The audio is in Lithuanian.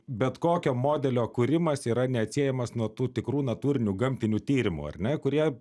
bet kokio modelio kūrimas yra neatsiejamas nuo tų tikrų natūrinių gamtinių tyrimų ar ne kurie